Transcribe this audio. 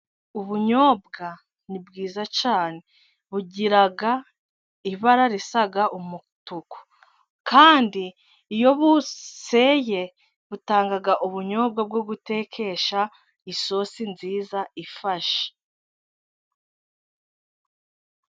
Ubunyobwa ni bwiza cyane bugiraga ibara risa umutuku, kandi iyo buseye butanga ubunyobwa bwo gutekesha isosi nziza ifashe.